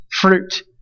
fruit